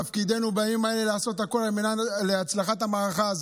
תפקידנו בימים האלה לעשות הכול להצלחת המערכה הזאת,